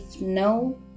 no